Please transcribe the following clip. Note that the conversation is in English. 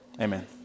Amen